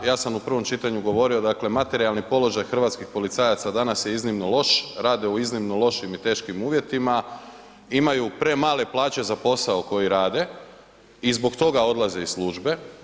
Ja sam u prvom čitanju govorio dakle, materijalni položaj hrvatskih policajaca danas je iznimno loš, rade u iznimno lošim i teškim uvjetima, imaju premale plaće za posao koji rade i zbog toga odlaze iz službe.